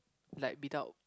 like without